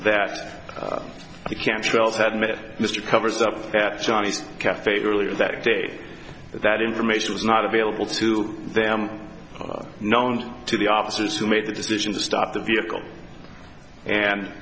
met mr covers up at johnny's cafe earlier that day that information was not available to them known to the officers who made the decision to stop the vehicle and